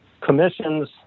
Commissions